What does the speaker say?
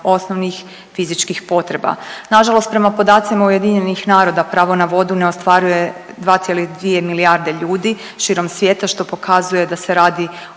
osnovnih fizičkih potreba. Nažalost prema podacima UN-a pravo na vodu ne ostvaruje 2,2 milijarde ljudi širom svijeta što pokazuje da se radi